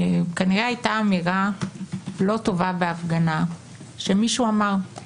כנראה היתה אמירה לא טובה בהפגנה שמישהו אמר.